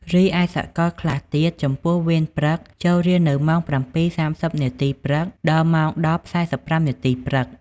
រីឯសកលខ្លះទៀត ចំពោះវេនព្រឹក ចូលរៀននៅម៉ោង ៧ៈ៣០ នាទី ព្រឹក ដល់ម៉ោង ១០ៈ៤៥ នាទី ព្រឹក ។